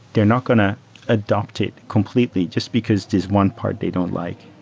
they're not going to adapt it completely just because this one part they don't like.